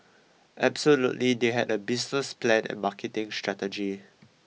absolutely they had a business plan and marketing strategy